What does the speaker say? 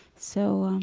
so ah,